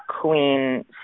queen